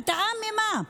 הרתעה ממה,